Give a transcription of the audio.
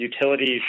utilities